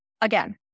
again